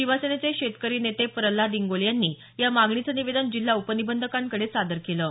शिवसेनेचे शेतकरी नेते प्रल्हाद इंगोले यांनी या मागणीचं निवेदन जिल्हा उपनिबंधकांकडे सादर केलं आहे